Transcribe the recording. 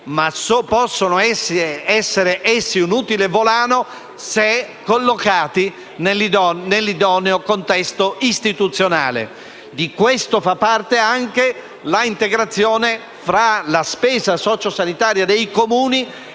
ma possono essere un utile volano se collocati nell'idoneo contesto istituzionale. Di questo fa parte anche l'integrazione tra la spesa sociosanitaria dei Comuni